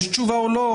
יש תשובה או לא?